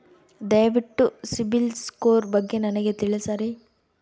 ದಯವಿಟ್ಟು ಸಿಬಿಲ್ ಸ್ಕೋರ್ ಬಗ್ಗೆ ನನಗ ತಿಳಸರಿ?